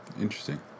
Interesting